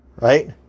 right